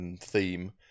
Theme